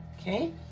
Okay